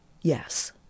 Yes